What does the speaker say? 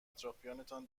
اطرافیانتان